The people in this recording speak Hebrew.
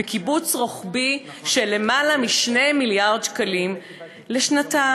בקיצוץ רוחבי של למעלה מ-2 מיליארד שקלים לשנתיים,